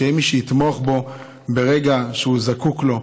שיהיה מי שיתמוך בו ברגע שהוא זקוק לו,